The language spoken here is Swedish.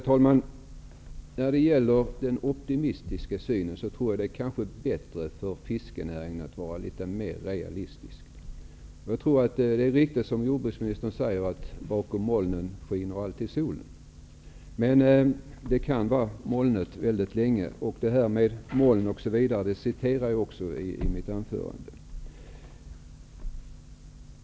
Herr talman! Jag tror att det är bättre för fiskenäringen att man är litet mer realistisk och något mindre optimistisk. Det är naturligtvis riktigt som jordbruksministern säger att bakom molnen skiner alltid solen, men det kan vara molnigt väldigt länge. Vad som står i pressmeddelandet om molnen på himmeln citerade jag också i mitt anförande.